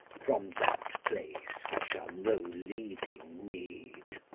from that place i shall no leading need.